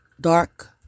dark